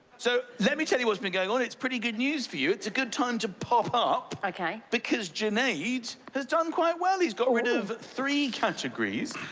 so, let me tell you what's been going on. it's pretty good news for you. it's a good time to pop up. ok. because junaid has done quite well. ooh. he's got rid of three categories.